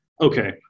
okay